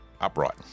Upright